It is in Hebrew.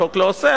החוק לא אוסר,